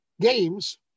games